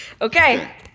Okay